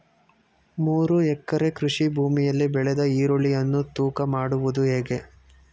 ಮೂರು ಎಕರೆ ಕೃಷಿ ಭೂಮಿಯಲ್ಲಿ ಬೆಳೆದ ಈರುಳ್ಳಿಯನ್ನು ತೂಕ ಮಾಡುವುದು ಹೇಗೆ?